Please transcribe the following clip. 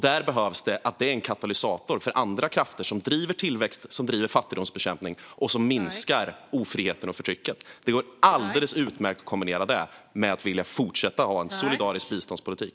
Det behövs som en katalysator för andra krafter som driver tillväxt, driver fattigdomsbekämpning och minskar ofriheten och förtrycket. Det går alldeles utmärkt att kombinera det med att vilja fortsätta ha en solidarisk biståndspolitik.